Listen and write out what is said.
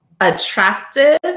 attractive